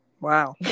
Wow